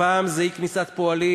פעם זה אי-כניסת פועלים,